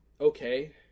okay